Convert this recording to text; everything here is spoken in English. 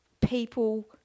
people